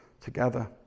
together